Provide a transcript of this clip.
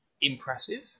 impressive